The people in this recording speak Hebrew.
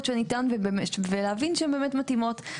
שניתן ולהבין שהן באמת מתאימות.